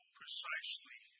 precisely